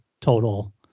total